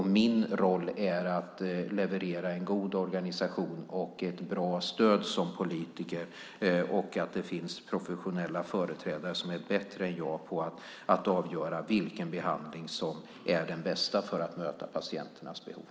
Min roll är att leverera en god organisation och ett bra stöd som politiker. Det finns professionella företrädare som är bättre än jag på att avgöra vilken behandling som är den bästa för att möta patienternas behov.